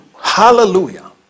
hallelujah